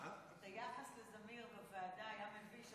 היחס לזמיר בוועדה היה מביש.